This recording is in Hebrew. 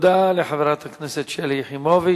תודה לחברת הכנסת שלי יחימוביץ,